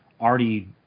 already